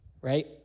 right